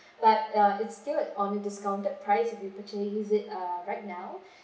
but uh it still with the discounted price if you purchase it uh right now